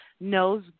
knows